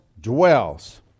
dwells